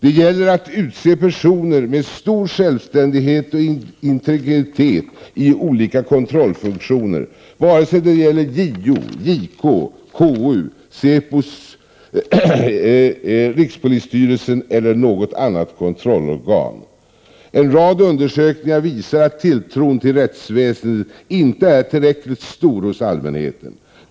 Det gäller att utse personer med stor självständighet och integritet i olika kontrollfunktioner, vare sig det gäller JO, JK, KU, säpo, rikspolisstyrelsen eller något annat kontrollorgan. En rad undersökningar visar att tilltron till rättsväsendet inte är tillräckligt stor hos allmänheten.